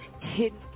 hidden